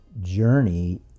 journey